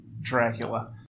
Dracula